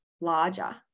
larger